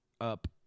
up